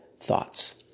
thoughts